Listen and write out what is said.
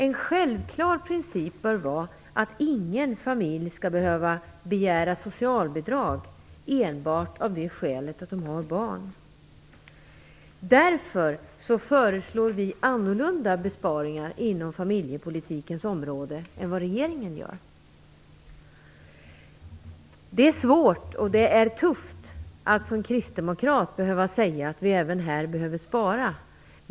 En självklar princip bör vara att ingen familj skall behöva begära socialbidrag enbart av det skälet att man har barn. Därför föreslår vi annorlunda besparingar inom familjepolitikens område än vad regeringen gör. Det är svårt och det är tufft att som kristdemokrat behöva säga att vi även här behöver spara.